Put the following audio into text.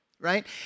Right